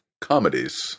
comedies